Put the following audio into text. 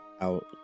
out